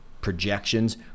projections